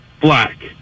black